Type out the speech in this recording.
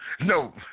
no